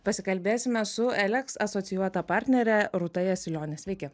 pasikalbėsime su eleks asocijuota partnere rūta jasilione sveiki